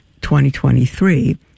2023